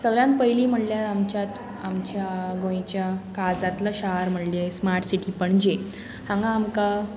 सगल्यान पयलीं म्हणल्यार आमच्या आमच्या गोंयच्या काळजांतलो शार म्हणजे स्मार्ट सिटी पणजे हांगा आमकां